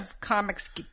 comics